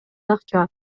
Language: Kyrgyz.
акча